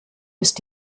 ist